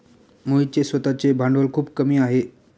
मोहितचे स्वतःचे भांडवल खूप कमी आहे